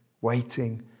waiting